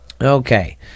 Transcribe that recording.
Okay